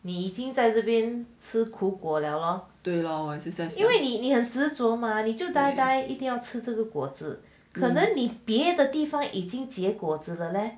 你已经在这边吃苦果了 loh 因为你执著 mah die die 一定要吃这个果子可能你别的地方已经结果子 leh